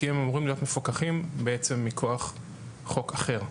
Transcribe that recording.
כי הם אמורים להיות מפוקחים בעצם מכוח חוק אחר.